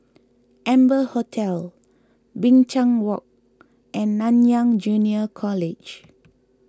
Amber Hotel Binchang Walk and Nanyang Junior College